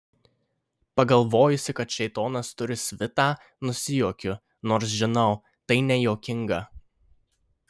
pagalvojusi kad šėtonas turi svitą nusijuokiu nors žinau tai nejuokinga